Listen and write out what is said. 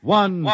one